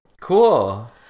Cool